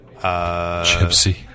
Gypsy